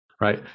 right